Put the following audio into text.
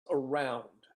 around